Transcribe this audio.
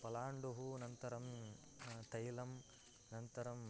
पलाण्डुः अनन्तरं तैलम् अनन्तरं